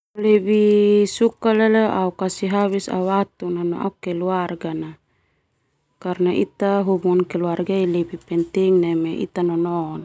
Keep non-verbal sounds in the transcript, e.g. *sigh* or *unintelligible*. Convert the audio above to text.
Lebih suka au kasih habis au waktu no au keluarga karna ita hubungan keluarga lebih penting. *unintelligible*